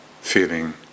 feeling